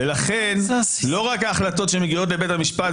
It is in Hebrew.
ולכן לא רק ההחלטות שמגיעות בבית המשפט,